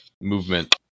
movement